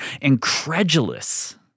incredulous